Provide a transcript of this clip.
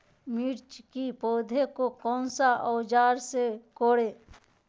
मिर्च की पौधे को कौन सा औजार से कोरे?